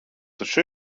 taču